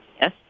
Yes